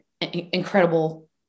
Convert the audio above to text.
incredible